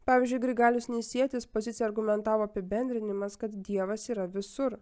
pavyzdžiui grigalius nisietis poziciją argumentavo apibendrinimas kad dievas yra visur